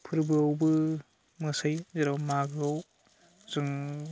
फोरबोआवबो मोसायो जेराव मागोआव जों